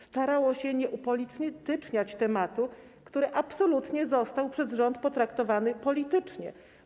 Starało się nie upolityczniać tematu, który absolutnie został przez rząd potraktowany politycznie.